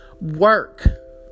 work